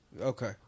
Okay